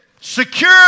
secure